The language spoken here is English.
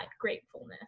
gratefulness